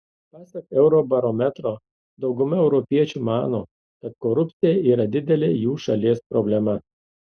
pasak eurobarometro dauguma europiečių mano kad korupcija yra didelė jų šalies problema